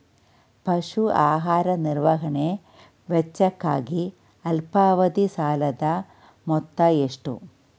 ಪಶು ಆಹಾರ ನಿರ್ವಹಣೆ ವೆಚ್ಚಕ್ಕಾಗಿ ಅಲ್ಪಾವಧಿ ಸಾಲದ ಮೊತ್ತ ಎಷ್ಟು?